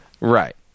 Right